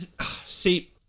see